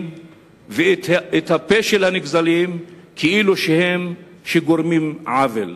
ואת הפה של הנגזלים כאילו הם שגורמים עוול.